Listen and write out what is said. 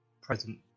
Present